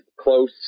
close